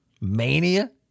Mania